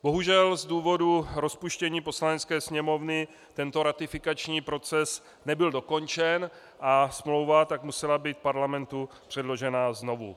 Bohužel z důvodu rozpuštění Poslanecké sněmovny tento ratifikační proces nebyl dokončen a smlouva tak musela být Parlamentu předložena znovu.